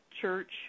Church